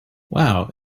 wow